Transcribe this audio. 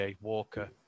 Walker